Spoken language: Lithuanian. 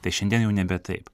tai šiandien jau nebe taip